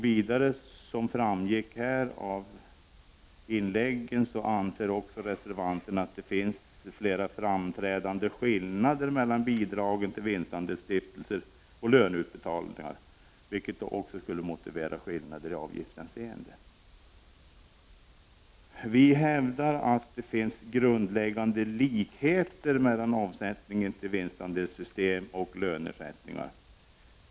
Vidare anser reservanterna, som framgick av inläggen, att det finns flera framträdande skillnader mellan bidragen till vinstandelsstiftelser och löneutbetalningar, vilket också skulle motivera skillnader i avgiftshänseende. Utskottsmajoriteten hävdar att det finns grundläggande likheter mellan avsättningar till vinstandelssystem och löneersättningar.